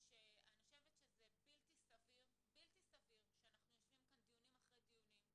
שאני חושבת שזה בלתי-סביר שאנחנו יושבים כאן דיונים אחרי דיונים,